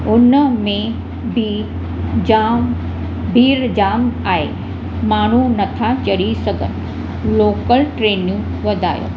उन में बि जामु भीड़ जामु आहे माण्हू नथा चढ़ी सघनि लोकल ट्रेनूं वधायो